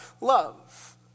love